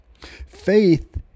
Faith